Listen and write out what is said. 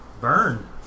Burn